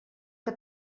que